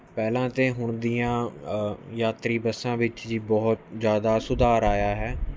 ਪਹਿਲਾਂ ਤੇ ਹੁਣ ਦੀਆਂ ਯਾਤਰੀ ਬੱਸਾਂ ਵਿੱਚ ਜੀ ਬਹੁਤ ਜ਼ਿਆਦਾ ਸੁਧਾਰ ਆਇਆ ਹੈ